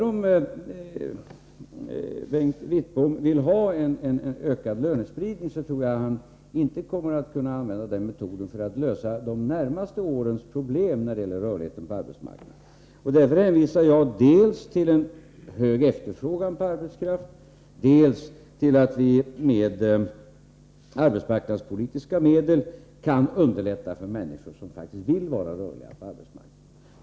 Om Bengt Wittbom vill använda metoden med ökad lönespridning tror jag därför inte att han därmed kommer att kunna lösa de närmaste årens problem med rörligheten på arbetsmarknaden. Därför hänvisar jag dels till en hög efterfrågan på arbetskraft, dels till möjligheten att med arbetsmarknadspolitiska medel underlätta för människor som faktiskt vill vara rörliga på arbetsmarknaden.